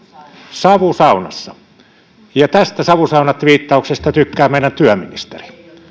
savusaunassa ja tästä savusaunatviittauksesta tykkää meidän työministeri joten kysyn